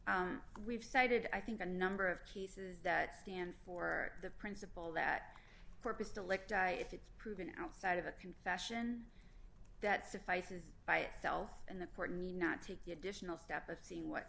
we've cited i think a number of cases that stand for the principle that purposed elect i if it's proven outside of a confession that suffices by itself and the courtney not take the additional step of seeing what